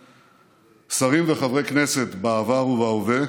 שרים וחברי הכנסת בעבר ובהווה,